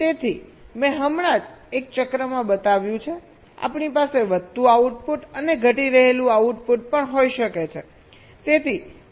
તેથી મેં હમણાં જ એક ચક્રમાં બતાવ્યું છે આપણી પાસે વધતું આઉટપુટ અને ઘટી રહેલું આઉટપુટ પણ હોઈ શકે છે